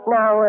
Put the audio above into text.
Now